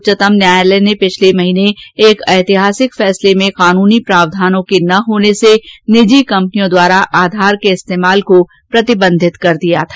उच्चतम न्यायालय ने पिछले महीने एक ऐतिहासिक फैसले में कानूनी प्रावधानों के न होनेसे निजी कंपनियों द्वारा आधार के इस्तेमाल को प्रतिबंधित कर दिया था